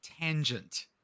tangent